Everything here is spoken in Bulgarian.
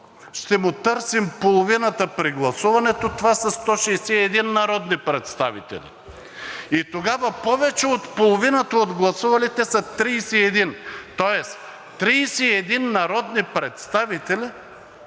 ще му търсим половината при гласуването – това са 161 народни представители. И тогава повече от половината от гласувалите са 31, тоест 31 народни представители